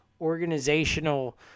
organizational